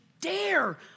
dare